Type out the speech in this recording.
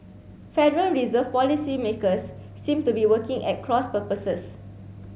Federal Reserve policymakers seem to be working at cross purposes